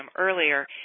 earlier